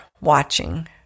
watching